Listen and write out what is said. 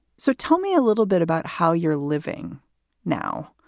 so tell me a little bit about how you're living now.